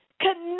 Connect